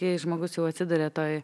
jei žmogus jau atsiduria toj